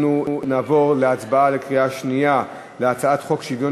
אנחנו נעבור להצבעה בקריאה שנייה על הצעת חוק שוויון